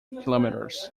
kilometres